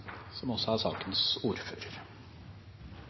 som også